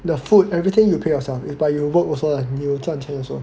the food everything you pay yourself but if you work also you will 赚钱 also